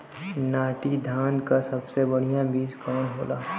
नाटी धान क सबसे बढ़िया बीज कवन होला?